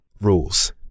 rules